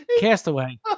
Castaway